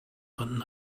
fanden